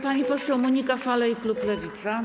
Pani poseł Monika Falej, klub Lewica.